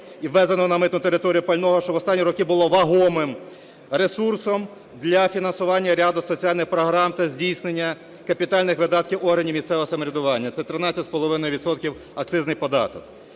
і ввезеного на митну територію пального, що в останні роки було вагомим ресурсом для фінансування ряду соціальних програм та здійснення капітальних видатків органів місцевого самоврядування. Це 13,5 відсотка – акцизний податок.